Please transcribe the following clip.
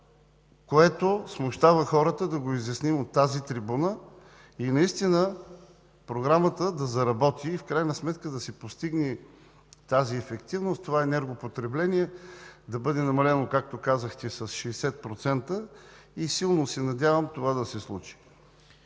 което смущава хората, да го изясним от тази трибуна, наистина Програмата да заработи и в крайна сметка да се постигне тази ефективност, това енергопотребление да бъде намалено, както казахте, с 60%. Силно се надявам това да се случи.